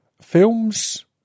films